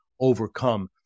overcome